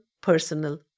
personal